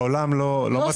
בעולם לא מטמינים.